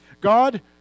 God